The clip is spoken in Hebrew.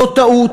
זו טעות.